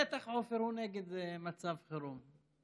בטח עופר נגד מצב חירום.